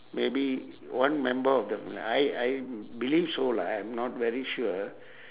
maybe one member of the I I believe so lah I'm not very sure